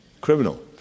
criminal